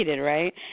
Right